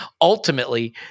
ultimately